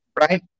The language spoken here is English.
right